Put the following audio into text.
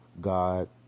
God